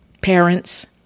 Parents